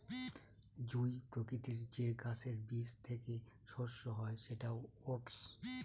জুঁই প্রকৃতির যে গাছের বীজ থেকে শস্য হয় সেটা ওটস